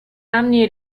anni